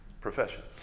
profession